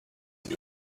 new